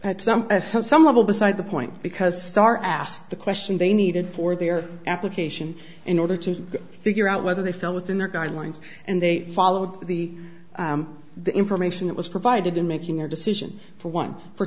some some level beside the point because star asked the question they needed for their application in order to figure out whether they felt within their guidelines and they followed the the information that was provided in making their decision for one for